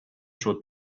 suo